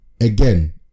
again